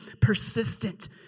persistent